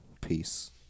Peace